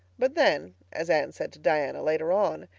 but then, as anne said to diana later on,